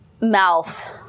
mouth